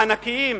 ענקיים,